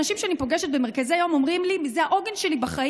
אנשים שאני פוגשת במרכזי היום אומרים לי: זה העוגן שלי בחיים.